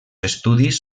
estudis